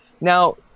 now